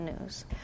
news